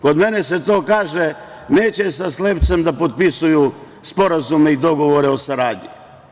Kod mene se to kaže – neće sa slepcem da potpisuju sporazume i dogovore o saradnji.